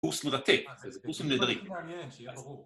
פוסט מרתק, פוסטים נהדרים